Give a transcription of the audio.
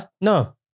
No